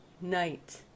night